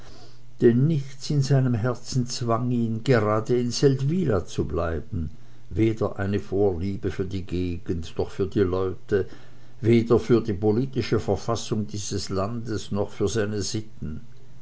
denn nichts in seinem herzen zwang ihn gerade in seldwyla zu bleiben weder eine vorliebe für die gegend noch für die leute weder für die politische verfassung dieses landes noch für seine sitten